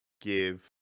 give